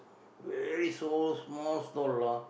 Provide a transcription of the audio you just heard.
very so small stall lah